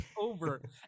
over